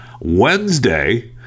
wednesday